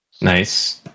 Nice